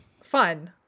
fun